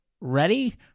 ready